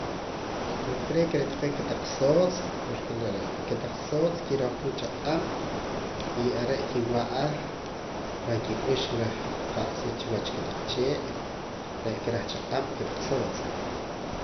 Yo creek re' taqee' kotaq sootz' porque la kotaq sootz' kiropana chaq'ab' y are' kiwa'a reh kik'ux reh qa'sa chi wach kotaq chee' re'aka reh chaq'ab' kotaq sootz'